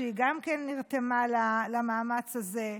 שגם נרתמה למאמץ הזה,